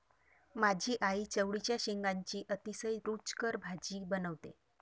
माझी आई चवळीच्या शेंगांची अतिशय रुचकर भाजी बनवते